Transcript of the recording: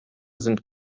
sind